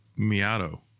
miato